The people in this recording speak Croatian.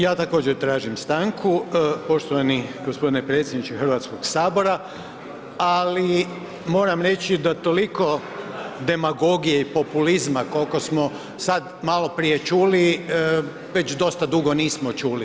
Ja također tražim stanku poštovani g. predsjedniče Hrvatskog sabor ali moram reći da toliko demagogije i populizma koliko smo sad maloprije čuli već dosta dugo nismo čuli.